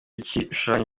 gishushanyo